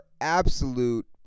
absolute